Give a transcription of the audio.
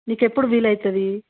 నీకు ఎప్పుడు వీలవుతుంది